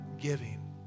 giving